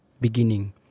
beginning